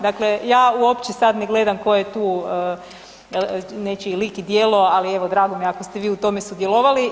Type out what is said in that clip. Dakle, ja uopće sad ne gledam tko je tu nečiji lik i djelo, ali evo drago mi je ako ste vi u tome sudjelovali.